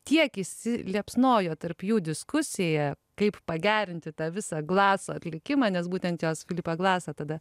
tiek įsiliepsnojo tarp jų diskusija kaip pagerinti tą visą glaso atlikimą nes būtent jos filipą glasą tada